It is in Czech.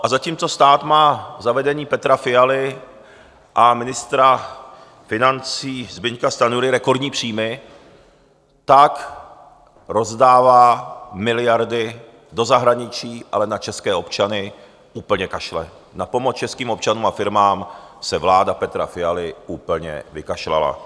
A zatímco stát má za vedení Petra Fialy a ministra financí Zbyňka Stanjury rekordní příjmy, rozdává miliardy do zahraničí, ale na české občany úplně kašle, na pomoc českým občanům a firmám se vláda Petra Fialy úplně vykašlala.